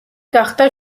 გახდა